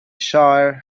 shire